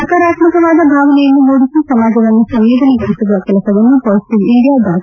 ಸಕಾರಾತ್ಮಕವಾದ ಭಾವನೆಯನ್ನು ಮೂಡಿಸಿ ಸಮಾಜವನ್ನು ಸಂವೇದನೆಗೊಳಿಸುವ ಕೆಲಸವನ್ನು ಪಾಸಿಟವ್ ಇಂಡಿಯಾ ಡಾಟ್